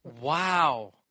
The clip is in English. Wow